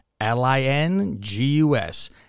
L-I-N-G-U-S